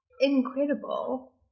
incredible